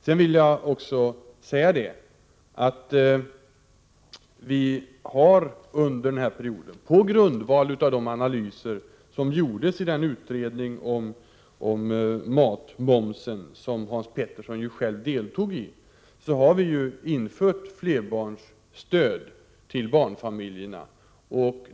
Jag vill också säga att vi under denna period och på grundval av de analyser som gjordes i den utredning om matmomsen, som Hans Petersson själv deltog i, har infört flerbarnsstöd till barnfamiljerna.